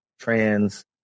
trans